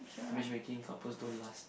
matchmaking couples don't last